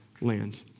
land